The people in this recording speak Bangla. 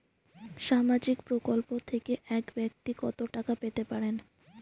সামাজিক প্রকল্প থেকে এক ব্যাক্তি কত টাকা পেতে পারেন?